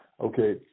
Okay